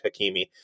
Hakimi